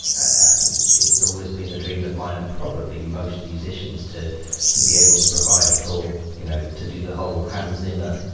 ah think it's always been a dream of mine and probably most musicians to to be able to provide a full you know to do the whole hans zimmer.